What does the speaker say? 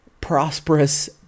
prosperous